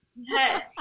yes